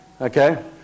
Okay